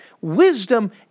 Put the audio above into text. Wisdom